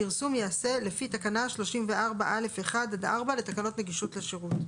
הפרסום ייעשה לפי תקנה 34(א)(1) עד (4) לתקנות נגישות לשירות.